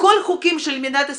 החוקים של מדינת ישראל,